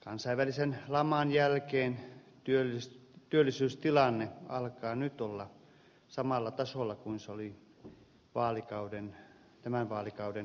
kansainvälisen laman jälkeen työllisyystilanne alkaa nyt olla samalla tasolla kuin se oli tämän vaalikauden alussa